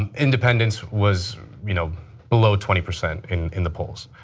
independence was you know below twenty percent in in the polls.